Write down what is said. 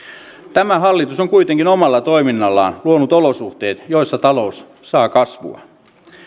tämä hallitus on kuitenkin omalla toiminnallaan luonut olosuhteet joissa talous saa kasvua